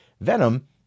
Venom